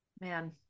man